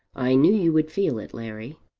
i knew you would feel it, larry.